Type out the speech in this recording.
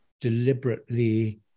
deliberately